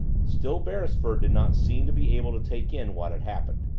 still beresford did not seem to be able to take in what had happened.